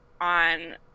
on